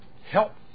Help